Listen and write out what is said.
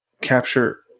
capture